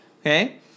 Okay